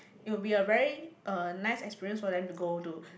it will be a very uh nice experience for them to go to